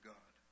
God